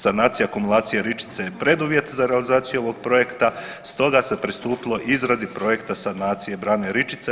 Sanacija akumulacije Ričice je preduvjet za realizaciju ovog projekta, stoga se pristupilo izradi projekta sanacije brane Ričice.